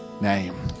name